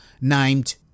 named